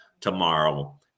tomorrow